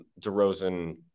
DeRozan